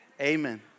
Amen